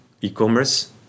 e-commerce